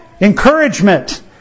Encouragement